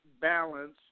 Balance